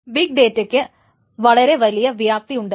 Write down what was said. big ഡേറ്റക്ക് വളരെ വലിയ വ്യാപ്തി ഉണ്ട്